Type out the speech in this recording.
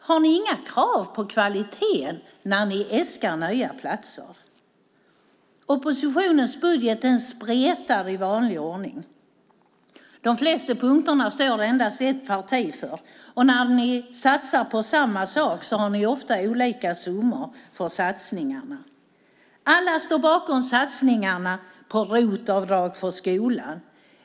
Har ni inga krav på kvaliteten när ni äskar nya platser? Oppositionens budget spretar i vanlig ordning. De flesta punkterna står endast ett parti för, och när ni satsar på samma sak har ni ofta olika summor till satsningarna. Alla står bakom satsningarna på ROT-avdrag för skolan.